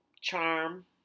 charm